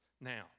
now